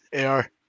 AR